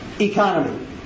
economy